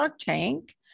Tank